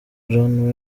john